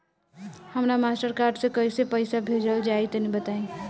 हमरा master card से कइसे पईसा भेजल जाई बताई?